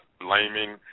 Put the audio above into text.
blaming